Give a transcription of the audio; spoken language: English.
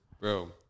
Bro